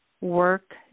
work